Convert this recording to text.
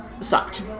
sucked